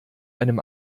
einem